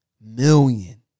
million